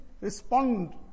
respond